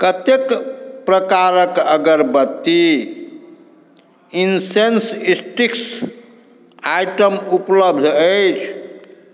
कतेक प्रकारक अगरबत्ती आइटम उपलब्ध अछि